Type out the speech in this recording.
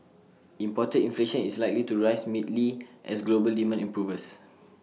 imported inflation is likely to rise mildly as global demand improves